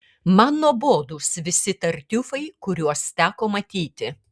man nuobodūs visi tartiufai kuriuos teko matyti